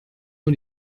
nur